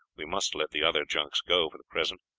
we must let the other junks go for the present.